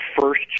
first